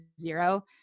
zero